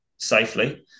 safely